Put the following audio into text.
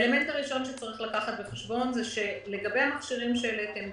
האלמנט הראשון הוא לגבי המכשירים שהעליתם,